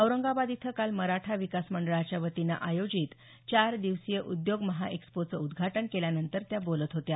औरंगाबाद इथं काल मराठा विकास मंडळाच्या वतीनं आयोजित चार दिवसीय उद्योग महाएक्सपोचं उद्घाटन केल्यानंतर त्या बोलत होत्या